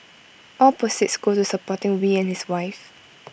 all proceeds go to supporting wee and his wife